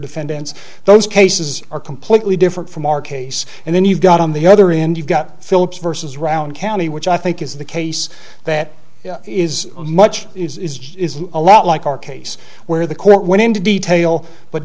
defendants those cases are completely different from our case and then you've got on the other end you've got philips versus round county which i think is the case that is a much a lot like our case where the court went into detail but